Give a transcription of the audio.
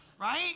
Right